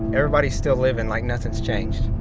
everybody's still living like nothing's changed.